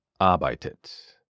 arbeitet